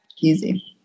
Easy